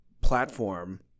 platform